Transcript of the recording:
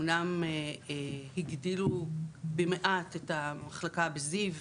אמנם הגדילו במעט את המחלקה זיו,